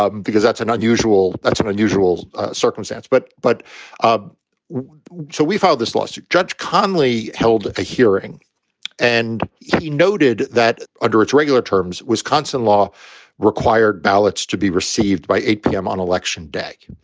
ah because that's an unusual that's an unusual circumstance. but but ah so so we filed this lawsuit. judge connelly held a hearing and he noted that under its regular terms, wisconsin law required ballots to be received by eight p m. on election day.